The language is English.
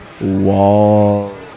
Wall